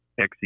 XE